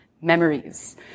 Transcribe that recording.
memories